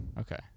Okay